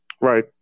Right